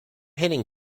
hitting